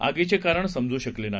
आगीचे कारण समजू शकले नाही